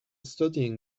studying